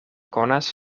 konas